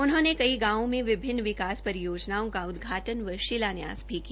उन्होंने कई गांवों में विभिन्न विकास परियोजनाओं का उदघाटन व शिलान्यास भी किया